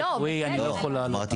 וכמה.